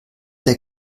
der